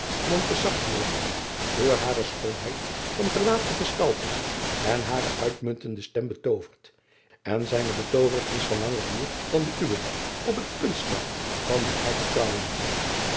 door hare schoonheid van gelaat en gestalte en hare uitmuntende stem betooverd en zijne betoovering is van langer duur dan de uwe op het punt slaat van met haar te trouwen